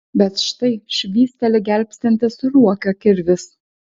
bet štai švysteli gelbstintis ruokio kirvis